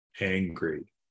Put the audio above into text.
angry